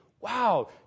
wow